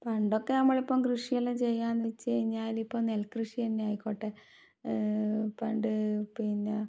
പണ്ടൊക്കെ നമ്മളിപ്പോൾ കൃഷിയെല്ലാം ചെയ്യാൻ വെച്ചുകഴിഞ്ഞാൽ ഇപ്പോൾ നെൽകൃഷി തന്നെ ആയിക്കോട്ടെ പണ്ട് പിന്നെ